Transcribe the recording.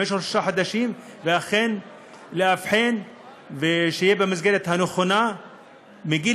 ואכן לאבחן ושיהיה במסגרת הנכונה מגיל